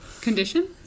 condition